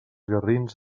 garrins